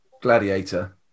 gladiator